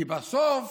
כי בסוף